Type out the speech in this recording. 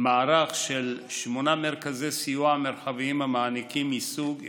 מערך של שמונה מרכזי סיוע מרחביים המעניקים שירותים מסוג אבחון,